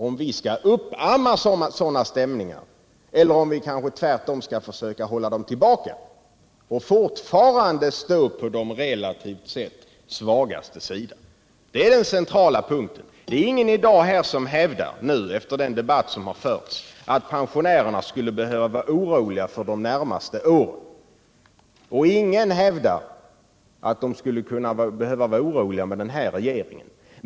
Skall vi uppamma sådana stämningar som kan komma solidariteten att svikta, eller skall vi tvärtom försöka hålla dem tillbaka och fortfarande stå på de relativt sett svagastes sida? Det är den centrala punkten. Det är ingen här i dag som hävdar, efter den debatt som förts, att pensionärerna skulle behöva vara oroliga för de närmaste åren. Ingen hävdar att de skall behöva vara oroliga med den nuvarande regeringen.